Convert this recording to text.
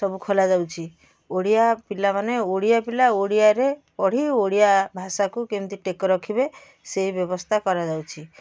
ସବୁ ଖୋଲାଯାଉଛି ଓଡ଼ିଆ ପିଲାମାନେ ଓଡ଼ିଆ ପିଲା ଓଡ଼ିଆରେ ପଢ଼ି ଓଡ଼ିଆ ଭାଷାକୁ କେମିତି ଟେକ ରଖିବେ ସେ ବ୍ୟବସ୍ଥା କରାଯାଉଛି